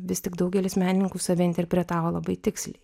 vis tik daugelis menininkų save interpretavo labai tiksliai